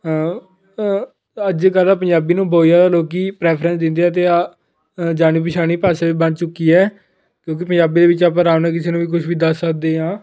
ਅੱਜ ਕੱਲ੍ਹ ਪੰਜਾਬੀ ਨੂੰ ਬਹੁ ਜ਼ਿਆਦਾ ਲੋਕ ਪ੍ਰੈਫਰੈਂਸ ਦਿੰਦੇ ਆ ਅਤੇ ਆ ਜਾਣੀ ਪਛਾਣੀ ਭਾਸ਼ਾ ਵੀ ਬਣ ਚੁੱਕੀ ਹੈ ਕਿਉਂਕਿ ਪੰਜਾਬੀ ਦੇ ਵਿੱਚ ਆਪਾਂ ਆਰਾਮ ਨਾਲ ਕਿਸੇ ਨੂੰ ਵੀ ਕੁਛ ਵੀ ਦੱਸ ਸਕਦੇ ਹਾਂ